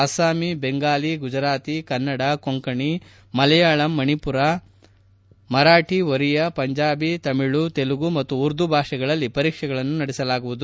ಅಸ್ಲಾಮಿ ಬೆಂಗಾಲಿ ಗುಜರಾತಿ ಕನ್ನಡ ಕೊಂಕಣಿ ಮಲಯಾಳಂ ಮಣಿಮರಿ ಮರಾಠಿ ಒರಿಯಾ ಪಂಜಾಬಿ ತಮಿಳು ತೆಲುಗು ಮತ್ತು ಉರ್ದು ಭಾಷೆಗಳಲ್ಲಿ ಪರೀಕ್ಷೆಗಳನ್ನು ನಡೆಸಲಾಗುವುದು